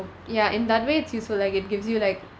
ya in that way it's useful like it gives you like